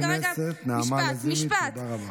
חברת הכנסת נעמה לזימי, תודה רבה.